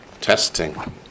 Testing